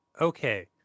Okay